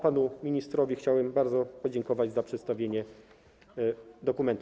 Panu ministrowi chciałbym bardzo podziękować za przedstawienie dokumentu.